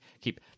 keep